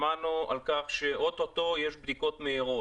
שמענו על כך שאו-טו-טו יהיו בדיקות מהירות.